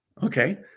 Okay